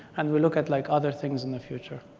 and we'll look at like other things in the future.